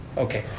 okay.